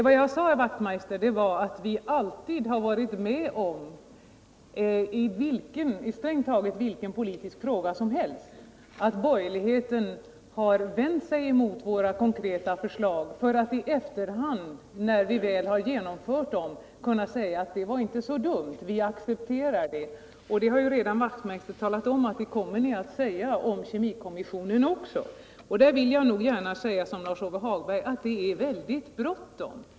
Vad jag sade, herr Wachtmeister, var att vi alltid varit med om, i strängt taget vilken politisk fråga som helst, att borgerligheten vänt sig emot våra konkreta förslag för att i efterhand — när vi väl genomfört dem — kunna säga: Det var inte så dumt, vi accepterar det. Herr Wachtmeister har ju redan talat om att det kommer ni att säga om kemikommissionen också. Jag vill gärna säga som Lars-Ove Hagberg, att det är väldigt bråttom.